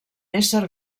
ésser